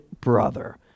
brother